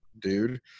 dude